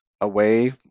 away